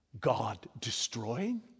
God-destroying